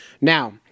Now